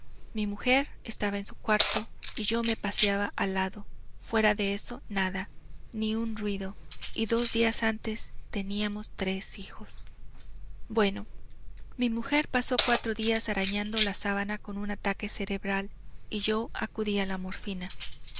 mi mujer estaba en su cuarto y yo me paseaba al lado fuera de eso nada ni un ruido y dos días antes teníamos tres hijos bueno mi mujer pasó cuatro días arañando la sábana con un ataque cerebral y yo acudí a la morfina